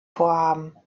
vorhaben